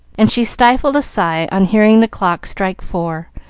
and she stifled a sigh on hearing the clock strike four,